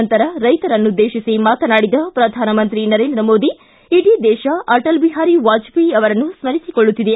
ನಂತರ ರೈತರನ್ನುದ್ದೇತಿಸಿ ಮಾತನಾಡಿದ ಪ್ರಧಾನಮಂತ್ರಿ ನರೇಂದ್ರ ಮೋದಿ ಇಡೀ ದೇಶ ಅಟಲ್ ಬಿಹಾರಿ ವಾಜಪೇಯಿ ಅವರನ್ನು ಸ್ಥರಿಸಿಕೊಳ್ಳುತ್ತಿದೆ